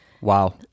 Wow